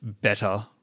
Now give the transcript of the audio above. better